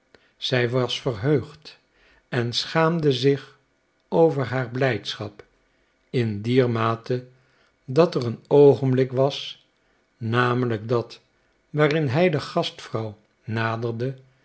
zij was verheugd en schaamde zich over haar blijdschap in dier mate dat er een oogenblik was namelijk dat waarin hij de gastvrouw naderde